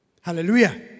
Hallelujah